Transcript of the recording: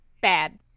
bad